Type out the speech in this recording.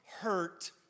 hurt